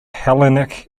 hellenic